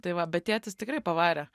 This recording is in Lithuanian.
tai va bet tėtis tikrai pavarė